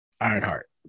ironheart